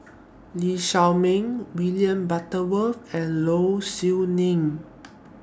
Lee Shao Meng William Butterworth and Low Siew Nghee